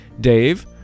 Dave